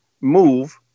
move